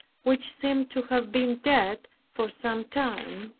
which seemed to have been dead for some time.